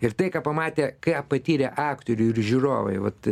ir tai ką pamatė ką patyrė aktoriai ir žiūrovai vat